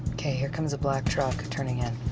ok here comes a black truck turning in.